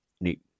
neat